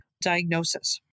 diagnosis